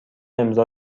امضا